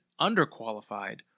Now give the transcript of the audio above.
underqualified